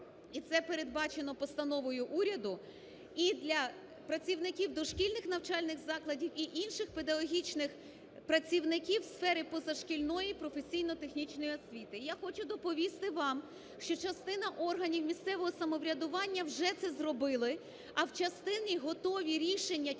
і це передбачено постановою уряду, і для працівників дошкільних навчальних закладів, і інших педагогічних працівників в сфері позашкільної професійно-технічної освіти. Я хочу доповісти вам, що частина органів місцевого самоврядування вже це зробили, а в частині – готові рішення, тільки